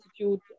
Institute